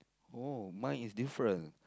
oh mine is different